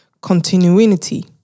continuity